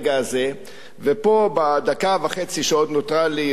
ופה בדקה וחצי שעוד נותרה לי, ידידי היושב-ראש,